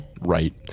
right